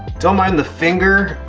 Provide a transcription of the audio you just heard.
don't mind the finger,